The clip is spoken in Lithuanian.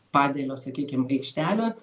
padelio sakykim aikštelę